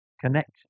connection